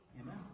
Amen